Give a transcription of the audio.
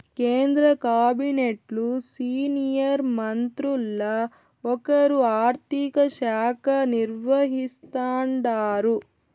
కేంద్ర కాబినెట్లు సీనియర్ మంత్రుల్ల ఒకరు ఆర్థిక శాఖ నిర్వహిస్తాండారు